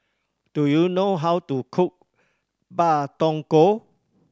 do you know how to cook Pak Thong Ko